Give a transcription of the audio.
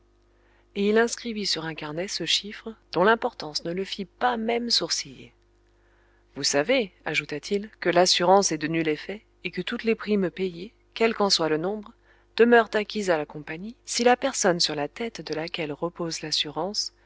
et il inscrivit sur un carnet ce chiffre dont l'importance ne le fit pas même sourciller vous savez ajouta-t-il que l'assurance est de nul effet et que toutes les primes payées quel qu'en soit le nombre demeurent acquises à la compagnie si la personne sur la tête de laquelle repose l'assurance